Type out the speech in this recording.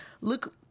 look